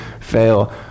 fail